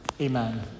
amen